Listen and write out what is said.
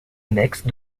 annexe